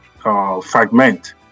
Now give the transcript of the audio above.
fragment